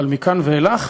אבל מכאן ואילך,